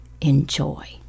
enjoy